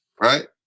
right